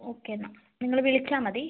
okay എന്നാൽ നിങ്ങൾ വിളിച്ചാൽ മതി